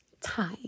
time